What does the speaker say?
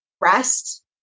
rest